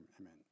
amen